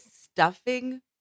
stuffing